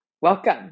welcome